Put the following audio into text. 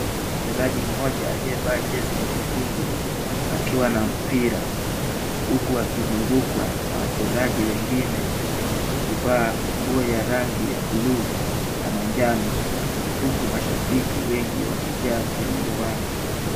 Mchezaji mmoja aliyevaa jezi nyekundu akiwa na mpira huku akizungukwa na wachezaji wengine wakivaa nguo ya rangi ya buluu na manjano huku mashabiki wengi wakijaa kwenye uwanja.